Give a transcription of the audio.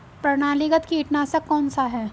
प्रणालीगत कीटनाशक कौन सा है?